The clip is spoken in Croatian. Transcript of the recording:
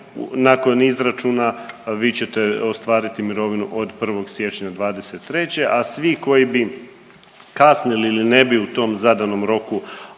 nakon izračuna vi ćete ostvariti mirovinu od 1. siječnja '23., a svi koji bi kasnili ili ne bi u tom zadanom roku ovaj